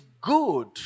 good